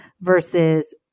versus